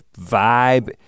vibe